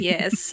Yes